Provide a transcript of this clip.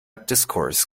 discourse